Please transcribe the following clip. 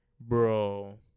Bro